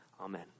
Amen